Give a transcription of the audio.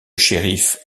shériff